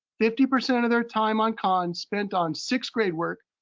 fifty percent of their time on khan spent on sixth grade work,